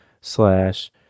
slash